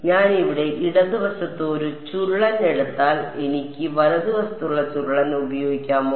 ഞാൻ ഇവിടെ ഇടത് വശത്ത് ഒരു ചുരുളൻ എടുത്താൽ എനിക്ക് വലതുവശത്തുള്ള ചുരുളൻ ഉപയോഗിക്കാമോ